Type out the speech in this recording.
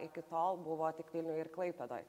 iki tol buvo tik vilniuj ir klaipėdoj